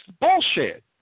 bullshit